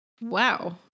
Wow